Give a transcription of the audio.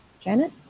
janet